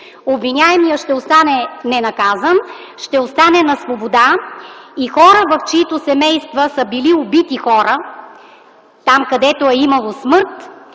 обвиняемият ще остане ненаказан, ще остане на свобода и хора, в чиито семейства са били убити хора, там, където е имало смърт,